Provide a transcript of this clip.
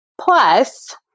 Plus